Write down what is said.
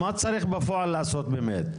מה צריך בפועל לעשות באמת?